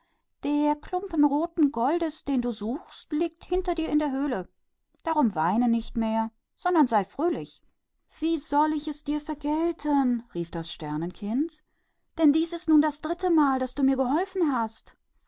das stück roten goldes das du suchst liegt in der höhle hinter dir also weine nicht länger sondern freue dich wie soll ich dir lohnen rief das sternenkind denn siehe dies ist das drittemal daß du mir geholfen hast